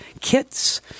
kits